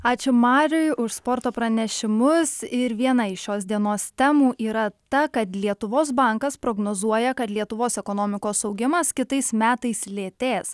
ačiū mariui už sporto pranešimus ir viena iš šios dienos temų yra ta kad lietuvos bankas prognozuoja kad lietuvos ekonomikos augimas kitais metais lėtės